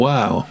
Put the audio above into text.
Wow